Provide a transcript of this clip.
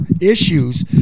issues